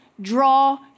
draw